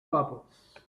bubbles